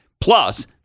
Plus